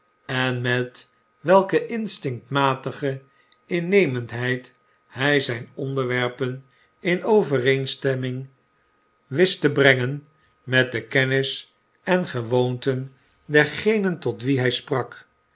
en met welke instinctmatige mnemendheid hy zyn onderwerpen in overeenstemming wist te brengen met de kennis en gewoonten dergenen tot wie hy sprak